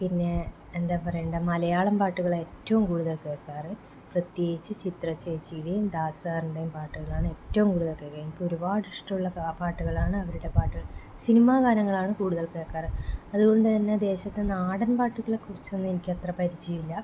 പിന്നെ എന്താണ് പറയേണ്ടത് മലയാളം പാട്ടുകൾ ഏറ്റവും കൂടുതൽ കേൾക്കാറ് പ്രത്യേകിച്ച് ചിത്ര ചേച്ചിയുടെയും ദാസ് സാറിൻ്റെയും പാട്ടുകൾ ഏറ്റവും കൂടുതൽ കേൾക്കൽ എനിക്ക് ഒരുപാട് ഇഷ്ടമുള്ള പാട്ടുകളാണ് അവരുടെ പാട്ടുകൾ സിനിമ ഗാനങ്ങളാണ് കൂടുതൽ കേൾക്കാറ് അതുകൊണ്ട് തന്നെ ദേശത്തെ നാടൻ പാട്ടുകളെ കുറിച്ചൊന്നും എനിക്ക് അത്ര പരിചയം ഇല്ല